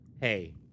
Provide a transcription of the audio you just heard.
hey